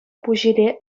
пуҫиле